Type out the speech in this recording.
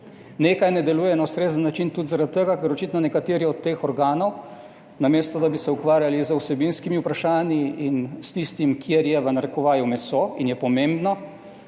(nadaljevanje) na ustrezen način tudi zaradi tega, ker očitno nekateri od teh organov namesto, da bi se ukvarjali z vsebinskimi vprašanji in s tistim, kjer je "meso" in je pomembno,